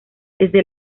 desde